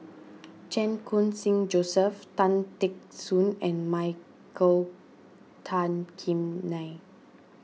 Chan Khun Sing Joseph Tan Teck Soon and Michael Tan Kim Nei